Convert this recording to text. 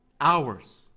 hours